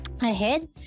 ahead